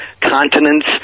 continents